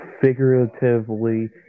figuratively